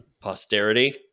posterity